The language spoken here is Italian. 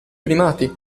primati